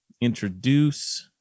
introduce